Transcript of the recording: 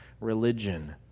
religion